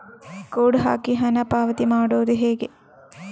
Code ಹಾಕಿ ಹಣ ಪಾವತಿ ಮಾಡೋದು ಹೇಗೆ?